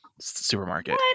supermarket